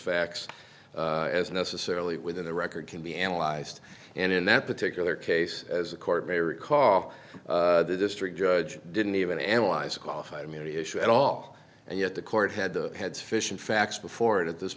facts as necessarily within the record can be analyzed and in that particular case as the court may recall the district judge didn't even analyze a qualified immunity issue at all and yet the court had to had sufficient facts before it at this